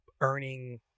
earning